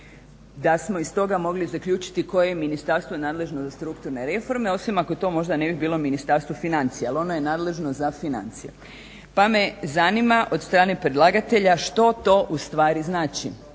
da smo iz toga mogli zaključiti koje je ministarstvo nadležno za strukturne reforme osim ako to možda ne bi bilo Ministarstvo financije, jer ono je nadležno za financije. Pa me zanima od strane predlagatelja što to u stvari znači